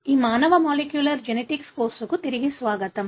ఈ మానవ molecular genetics కోర్సుకు తిరిగి స్వాగతం